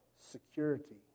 security